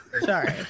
Sorry